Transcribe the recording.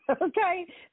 okay